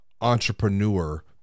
entrepreneur